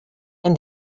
and